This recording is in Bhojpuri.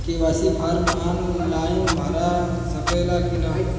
के.वाइ.सी फार्म आन लाइन भरा सकला की ना?